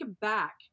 back